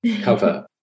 cover